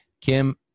Kim